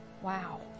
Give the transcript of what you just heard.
wow